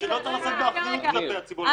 שלא צריך לשאת באחריות כלפי הציבור,